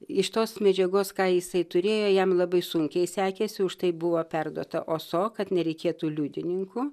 iš tos medžiagos ką jisai turėjo jam labai sunkiai sekėsi už tai buvo perduota oso kad nereikėtų liudininkų